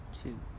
two